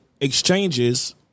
exchanges